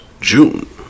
June